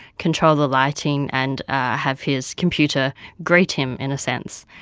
control the lighting and have his computer greet him, in a sense.